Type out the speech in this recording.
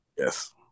Yes